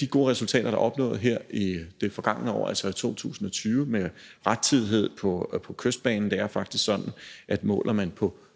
de gode resultater, der er opnået her i det forgangne år, altså i 2020, med rettidighed på Kystbanen. Det er faktisk sådan, at hvis man